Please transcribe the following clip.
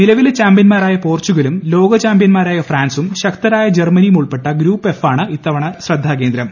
നിലവിലെ ചാമ്പ്യൻമാരായ പോർച്ചുഗലും ലോകചാമ്പ്യൻമാരായ ഫ്രാൻസും ശക്തരായ ജർമനിയും ഉൾപ്പെട്ട ഗ്രൂപ്പ് എഫ് ആണ് ഇത്തവണ ശ്രദ്ധാകേന്ദ്രം